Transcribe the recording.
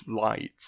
light